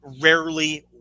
rarely